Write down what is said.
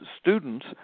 students